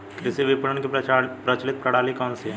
कृषि विपणन की प्रचलित प्रणाली कौन सी है?